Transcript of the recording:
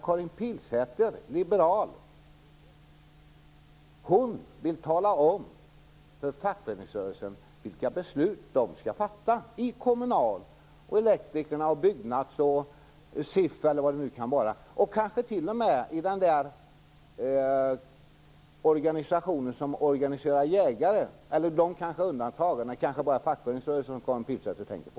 Karin Pilsäter, liberal, vill tala om för fackföreningsrörelsen vilka beslut den skall fatta i Kommunal, Elektrikernas, SIF eller vad det kan vara, kanske t.o.m. i den där organisationen som organiserar jägare. Men de kanske är undantagna. Det kanske bara är fackföreningsrörelsen som Karin Pilsäter tänker på.